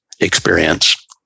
experience